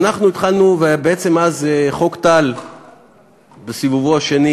ואנחנו התחלנו, בעצם אז חוק טל בסיבובו השני